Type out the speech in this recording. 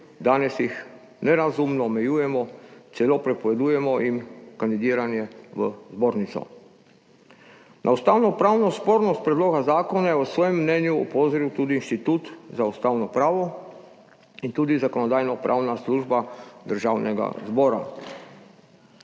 danes jih nerazumno omejujemo, celo prepovedujemo jim kandidiranje v Zbornico. Na ustavnopravno spornost predloga zakona je v svojem mnenju opozoril tudi Inštitut za ustavno pravo, in tudi Zakonodajno-pravna služba Državnega zbora.